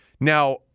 Now